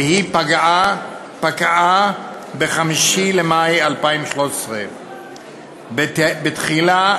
והיא פקעה ב-5 במאי 2013. בתחילה,